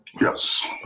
Yes